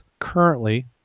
currently –